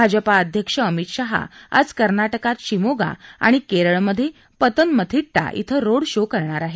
भाजपा अध्यक्ष अमित शहा आज कर्नाटकात शिमोगा आणि केरळमध्ये पतनमथिट्टा के रोड शो करणार आहे